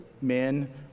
men